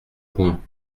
point